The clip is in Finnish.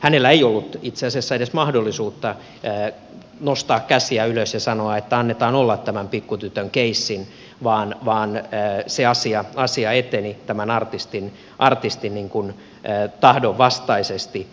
hänellä ei ollut itse asiassa edes mahdollisuutta nostaa käsiä ylös ja sanoa että annetaan olla tämän pikkutytön keissin vaan se asia eteni tämän artistin tahdon vastaisesti